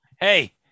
Hey